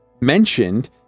mentioned